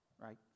Right